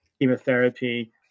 chemotherapy